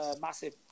massive